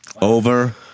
over